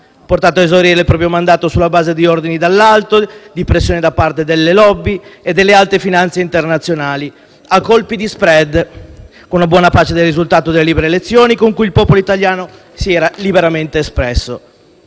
portato a esaurire il proprio mandato sulla base di ordini dall'alto, di pressioni da parte delle *lobby* e delle alte finanze internazionali, a colpi di *spread*, con buona pace del risultato delle libere elezioni con cui il popolo italiano si era liberamente espresso.